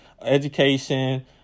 education